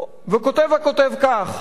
כותב הכותב כך: